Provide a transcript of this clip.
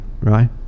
right